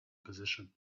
position